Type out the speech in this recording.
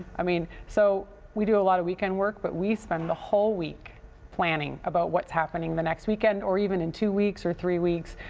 i mean so we do a lot of weekend work, but we spend the whole week planning about what's happening the next weekend or even in two weeks or three weeks.